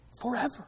forever